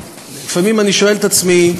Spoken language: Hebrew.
לפעמים אני שואל את עצמי,